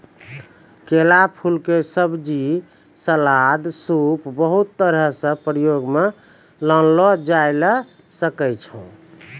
केला फूल के सब्जी, सलाद, सूप बहुत तरह सॅ प्रयोग मॅ लानलो जाय ल सकै छो